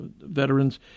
veterans